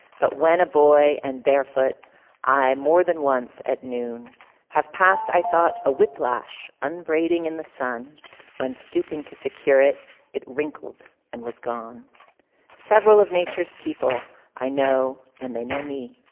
but when a boy and barefoot i more than once at noon have passed i thought a whiplash ah inbreeding in the sun when stooping to secure it it wrinkled and was gone several of nature's people i know and they know me.